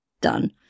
Done